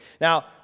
Now